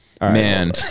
Man